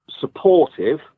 supportive